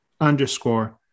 underscore